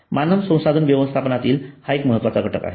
मानव संसाधन व्यवस्थापनातील हा एक महत्त्वाचा घटक आहे